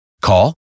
Call